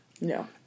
No